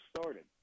started